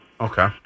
Okay